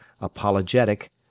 apologetic